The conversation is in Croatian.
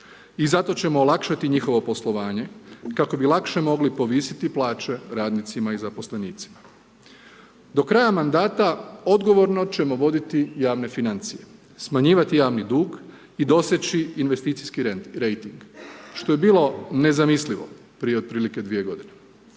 i zato ćemo olakšati njihovo poslovanje, kako bi lakše mogli povisiti plaće radnicima i zaposlenicima. Do kraja mandata, odgovorno ćemo voditi javne financije, smanjivati javni dug i doseći investiciji rejting, što je bilo nezamislivo prije otprilike 2 g.